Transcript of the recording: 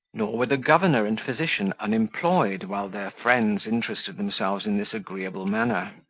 nor were the governor and physician unemployed, while their friends interested themselves in this agreeable manner.